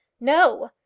no,